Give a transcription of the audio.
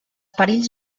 perills